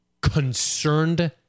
concerned